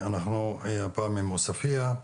אנחנו הפעם עם עוספיה,